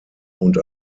und